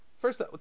First